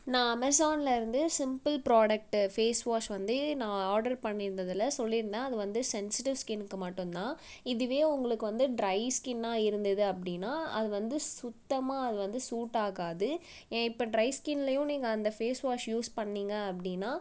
நான் அமேஸானில் இருந்து சிம்பிள் ப்ராடக்ட்டு ஃபேஸ் வாஷ் வந்து நான் ஆ ஆடர் பண்ணிருந்ததில் சொல்லிருந்தான் அது வந்து சென்சிட்டிவ் ஸ்கின்னுக்கு மட்டுந்தான் இதுவே உங்களுக்கு வந்து ட்ரை ஸ்கின்னா இருந்துது அப்படின்னா அது வந்து சுத்தமாக அது வந்து சூட் ஆகாது ஏன் இப்போ ட்ரை ஸ்கின்லேயும் நீங்கள் அந்த ஃபேஸ் வாஷ் யூஸ் பண்ணிங்கள் அப்படின்னா